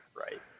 right